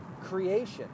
creation